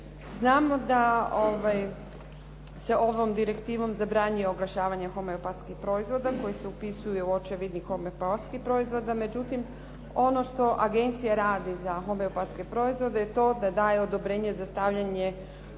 Znamo da se ovom direktivom zabranjuje oglašavanje homeopatskih proizvoda koji se upisuje u očevidnik homeopatskih proizvoda, međutim ono što agencija radi za homeopatske proizvode je to da daje odobrenje za stavljanje